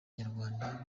nyarwanda